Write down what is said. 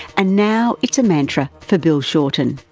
and now it's a mantra for bill shorten.